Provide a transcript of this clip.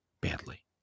badly